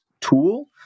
tool